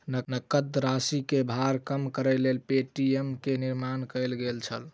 नकद राशि के भार कम करैक लेल पे.टी.एम के निर्माण कयल गेल छल